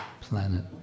planet